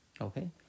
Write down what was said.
Okay